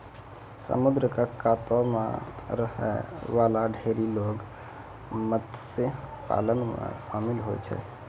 समुद्र क कातो म रहै वाला ढेरी लोग मत्स्य पालन म शामिल होय छै